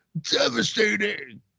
Devastating